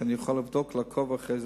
שאני אוכל לבדוק ולעקוב אחרי זה,